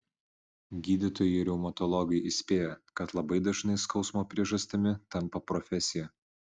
gydytojai reumatologai įspėja kad labai dažnai skausmo priežastimi tampa profesija